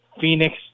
Phoenix